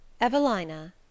Evelina